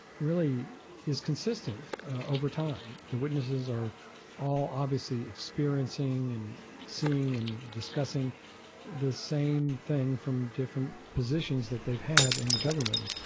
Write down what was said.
really is consistent over time. time. the witnesses are all obviously experiencing and seeing and discussing the same thing from different positions that they've had in the government.